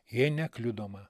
jei ne kliudoma